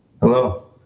Hello